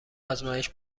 آزمایش